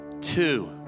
Two